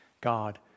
God